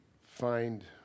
find